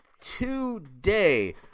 today